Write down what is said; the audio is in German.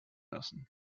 lassen